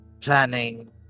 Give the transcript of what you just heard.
planning